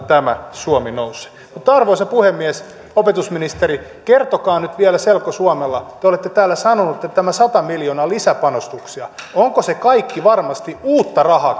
tämä suomi nousee arvoisa puhemies opetusministeri kertokaa nyt vielä selkosuomella te te olette täällä sanonut että tämä sata miljoonaa on lisäpanostuksia onko se kaikki varmasti uutta rahaa